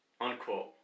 Unquote